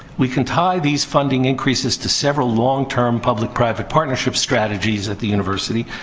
we can tie these funding increases to several long term public-private partnership strategies that the university.